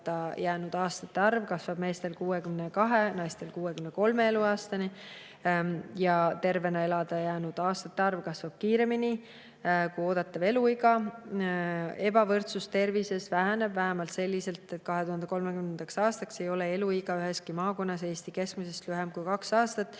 jäänud aastate arv kasvab meestel 62 ja naistel 63 eluaastani. Tervena elada jäänud aastate arv kasvab kiiremini kui oodatav eluiga. Ebavõrdsus tervises väheneb vähemalt selliselt, et 2030. aastaks ei ole eluiga üheski maakonnas Eesti keskmisest lühem kui kaks aastat